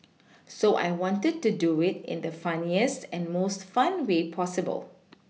so I wanted to do it in the funniest and most fun way possible